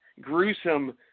gruesome